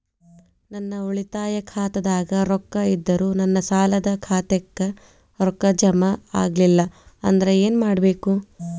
ನನ್ನ ಉಳಿತಾಯ ಖಾತಾದಾಗ ರೊಕ್ಕ ಇದ್ದರೂ ನನ್ನ ಸಾಲದು ಖಾತೆಕ್ಕ ರೊಕ್ಕ ಜಮ ಆಗ್ಲಿಲ್ಲ ಅಂದ್ರ ಏನು ಮಾಡಬೇಕು?